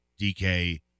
DK